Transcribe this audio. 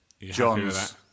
John's